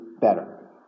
better